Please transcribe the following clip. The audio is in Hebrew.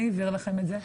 מי העביר לכם את זה?